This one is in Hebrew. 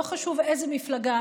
לא חשוב איזו מפלגה,